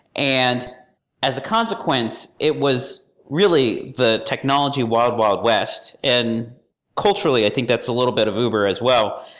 and as a consequence, it was really the technology wild-wild-west. and culturally, i think that's a little bit of uber as well.